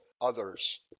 others